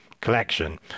collection